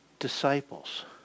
Disciples